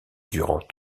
durant